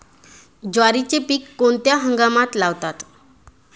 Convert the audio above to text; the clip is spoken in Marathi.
ज्वारीचे पीक कोणत्या हंगामात लावतात?